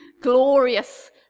glorious